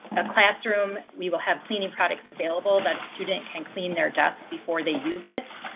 a classroom, we will have cleaning products available that a student can clean their desk before they use it.